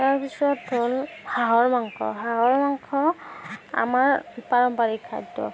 তাৰপিছত হ'ল হাঁহৰ মাংস হাঁহৰ মাংস আমাৰ পাৰম্পৰিক খাদ্য